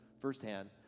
firsthand